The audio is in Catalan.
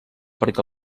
perquè